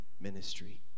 ministry